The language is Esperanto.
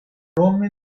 krome